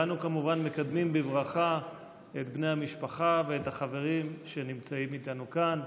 אנו כמובן מקדמים בברכה את בני המשפחה ואת החברים שנמצאים איתנו כאן.